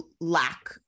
lack